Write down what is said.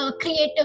creative